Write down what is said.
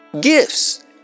Gifts